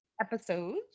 episodes